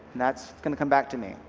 that's going to come back to me.